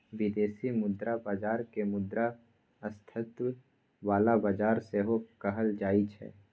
बिदेशी मुद्रा बजार केँ मुद्रा स्थायित्व बला बजार सेहो कहल जाइ छै